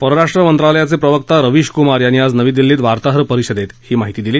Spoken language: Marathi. परराष्ट्र मंत्रालयाचे प्रवक्ता रविश कुमार यांनी आज नवी दिल्लीत वार्ताहर परिषदेत ही माहिती दिली